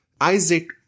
Isaac